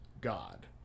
God